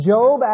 Job